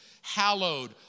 Hallowed